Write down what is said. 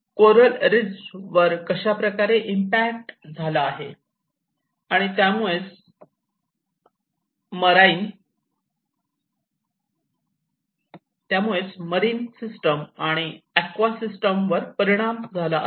coral reefs वर कशाप्रकारे impact झाला आहे आणि त्यामुळेच मरिन सिस्टम आणि ऍव्क्वा सिस्टम वर परिणाम झाला आहे